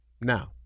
Now